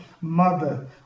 mother